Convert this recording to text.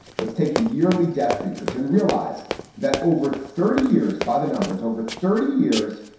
let's take the yearly death figures and realize that over thirty years by the numbers over thirty years,